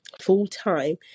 full-time